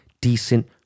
decent